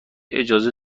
اجازه